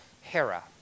Hera